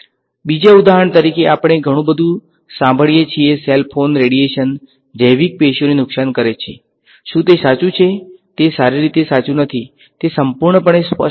બીજી ઉદાહરણ તરીકે આપણે ઘણું બધું સાંભળીએ છીએ સેલ ફોન રેડીએશન જૈવિક પેશીઓને નુકસાન કરે છે શું તે સાચું છે તે સારી રીતે સાચું નથી તે સંપૂર્ણપણે સ્પષ્ટ નથી